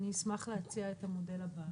אני אשמח להציע את המודל הבא,